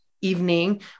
evening